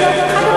דרך אגב,